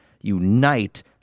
unite